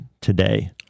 today